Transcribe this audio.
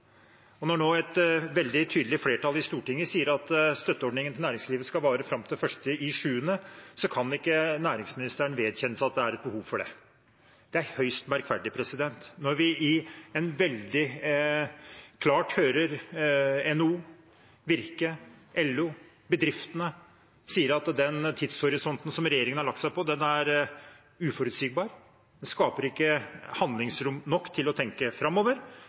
Når nå et veldig tydelig flertall i Stortinget sier at støtteordningen til næringslivet skal vare fram til 1. juli, kan ikke næringsministeren vedkjenne seg at det er et behov for det. Det er høyst merkverdig når vi veldig klart hører NHO, Virke, LO og bedriftene si at den tidshorisonten som regjeringen har lagt seg på, er uforutsigbar. Den skaper ikke handlingsrom nok til å tenke framover,